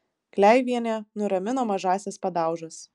kleivienė nuramino mažąsias padaužas